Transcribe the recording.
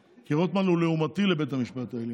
כי רוטמן הוא לעומתי לבית המשפט העליון,